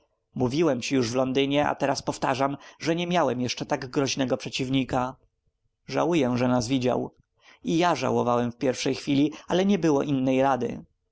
mówiłem ci już w londynie a teraz powtarzam że nie miałem jeszcze tak groźnego przeciwnika żałuję że nas widział i ja żałowałem w pierwszej chwili ale nie było innej rady